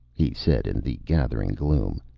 he said in the gathering gloom,